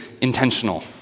intentional